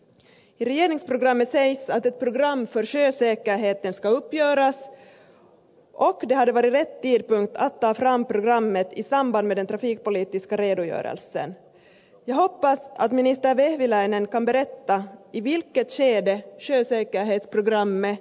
i regeringsprogrammet sägs att ett program för sjösäkerheten ska uppgöras och det hade varit rätt tidpunkt att ta upp programmet i samband med den trafikpolitiska redogörelsen